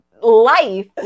Life